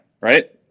right